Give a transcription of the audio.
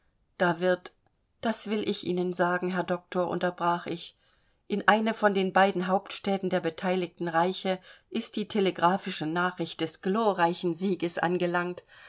da wird das will ich ihnen sagen herr doktor unterbrach ich in eine von den beiden hauptstädten der beteiligten reiche ist die telegraphische nachricht des glorreichen sieges angelangt